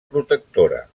protectora